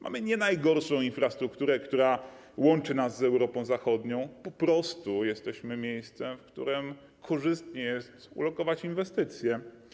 Mamy nie najgorszą infrastrukturę, która łączy nas z Europą Zachodnią, jesteśmy miejscem, w którym korzystnie jest ulokować inwestycje.